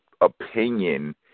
opinion